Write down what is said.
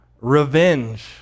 revenge